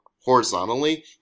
horizontally